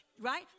Right